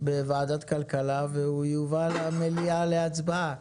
בוועדת כלכלה והוא יובא למליאה להצבעה.